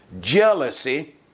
jealousy